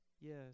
Yes